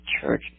church